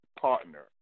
partner